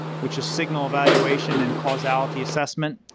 which is signal evaluation and causality assessment.